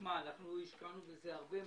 שמע, אנחנו השקענו בזה הרבה מאוד.